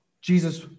Jesus